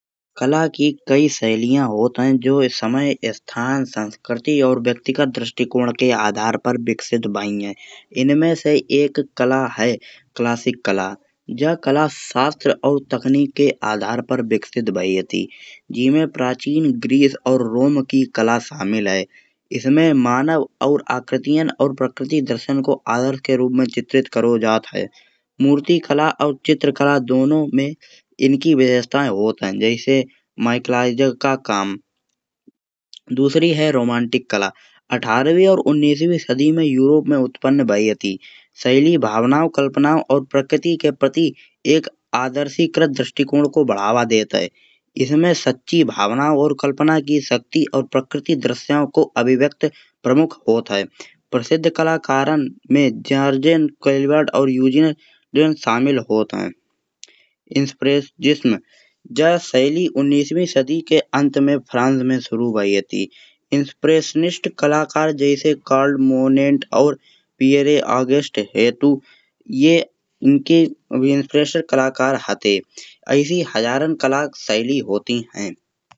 कला की कई शैलियाँ होत हैं जो समय स्थान संस्कृति और व्यक्तिगत दृष्टिकोण के आधार पर विकसित भई हैं। इनमें से एक कला है क्लासिक कला जा कला शास्त्र और तकनीकी आधार पर विकसित भई हती। जिहमें प्राचीन ग्रीस और रोम की कला शामिल हैं। इसमें मानव और आकृतियाँ और प्रकृतियाँ दर्शन को आदर के रूप में जित्रित करो जात हैं। मूर्तिकला और चित्रकला दोनों में इनकी व्यवस्थाएँ होत हैं। जैसे माइकेलसृ का काम। दूसरी है रोमांटिक कला अठारवीं और उन्निस्वी सदी में यूरोप में उत्पन्न भई हती। शैली भावनाओं कल्पनाओं और प्रकृति के प्रति एक आदर्शिकृत दृष्टिकोण को बढ़ावा देत है। इसमें सच्ची भावना और कल्पना की शक्ति और प्रकृति दृश्य को अभिव्यक्त प्रमुख होत हैं। प्रसिद्ध कलाकारन में जोरजान, कर्वाल्ट और उजीवव शामिल होत हैं। जा शैली उन्निसवी शादी के अंत में फ्रांस में शुरू भई हती। इंस्प्रेस्निस्ट कलाकार जैसे कॅल्डमॉन पैंट और प्यारे ऑगस्ट हेतु ये इनके इंस्पिरेशनल कलाकार हते येसी हजारन कला शैली होती है।